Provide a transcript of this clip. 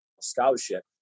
scholarship